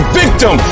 victim